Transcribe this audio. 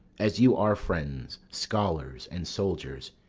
as you are friends, scholars, and soldiers,